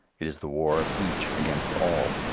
it is the war of each against all.